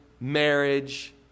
marriage